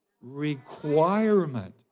Requirement